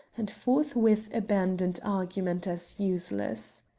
and forthwith abandoned argument as useless.